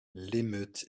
l’émeute